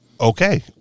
Okay